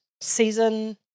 season